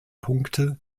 punkte